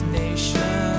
nation